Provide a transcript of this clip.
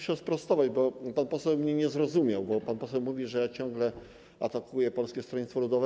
sprostować, bo pan poseł mnie nie zrozumiał, bo pan poseł mówi, że ciągle atakuję Polskie Stronnictwo Ludowe.